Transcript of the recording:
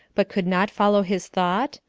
but could not follow his thought?